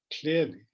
clearly